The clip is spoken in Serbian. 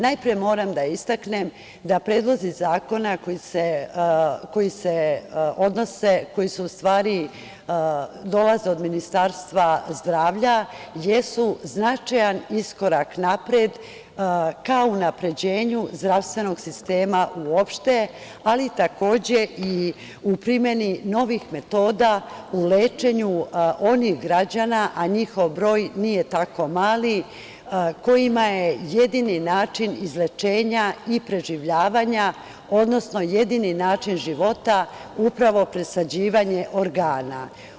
Najpre moram da istaknem da predlozi zakona koji dolaze od Ministarstva zdravlje jesu značajan iskorak napred ka unapređenju zdravstvenog sistema uopšte, ali takođe i u primeni novih metoda, u lečenju onih građana, a njihov broj nije tako mali, kojima je jedini način izlečenja i preživljavanja, odnosno jedini način života upravo presađivanje organa.